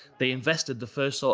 they invested the first, sort